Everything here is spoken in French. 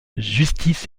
justice